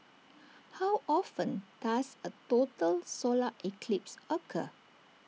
how often does A total solar eclipse occur